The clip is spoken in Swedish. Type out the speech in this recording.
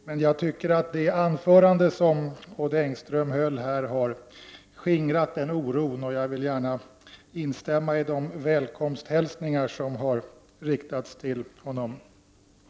Men jag tycker att det anförande som Odd Engström här höll har skingrat den oron, och jag vill gärna instämma i de välkomsthälsningar som har riktats till honom.